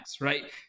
right